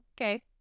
okay